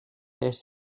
elles